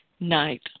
night